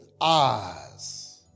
eyes